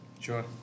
Sure